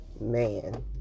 man